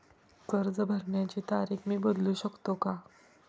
कर्ज भरण्याची तारीख मी बदलू शकतो का?